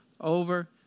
over